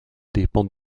dépend